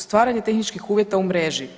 Stvaranje tehničkih uvjeta u mreži.